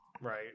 right